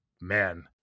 man